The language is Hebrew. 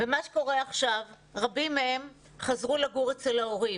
מה שקורה עכשיו, רבים מהם חזרו לגור אצל ההורים.